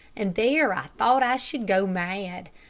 and there i thought i should go mad.